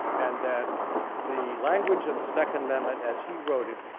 and that the language of the second amendment, as he wrote it,